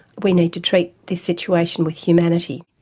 we need to treat the situation with humility.